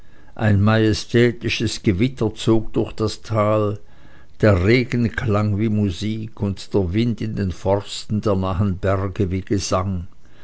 ein majestätisches gewitter zog durch das tal der regen klang wie musik und der wind in den forsten der nahen berge wie gesang